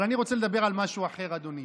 אבל אני רוצה לדבר על משהו אחר, אדוני.